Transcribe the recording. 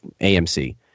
AMC